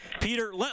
Peter